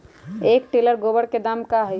एक टेलर गोबर के दाम का होई?